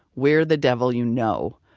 we're the devil you know.